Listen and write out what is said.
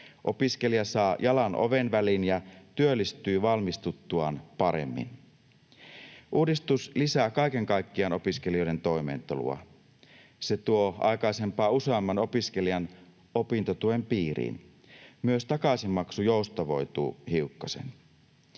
Opiskelija saa jalan oven väliin ja työllistyy valmistuttuaan paremmin. Uudistus lisää kaiken kaikkiaan opiskelijoiden toimeentuloa. Se tuo aikaisempaa useamman opiskelijan opintotuen piiriin. Myös takaisinmaksu joustavoituu hiukkasen.